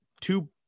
two